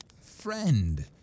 Friend